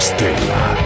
Stella